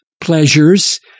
pleasures